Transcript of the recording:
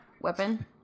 weapon